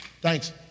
Thanks